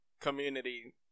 community